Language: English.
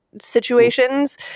situations